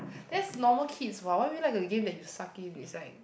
that's normal kids what why would you like a game that you suck inside is like